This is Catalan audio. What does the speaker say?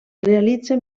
realitza